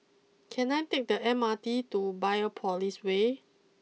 can I take the M R T to Biopolis way